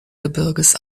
gebirges